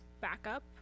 backup